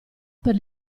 per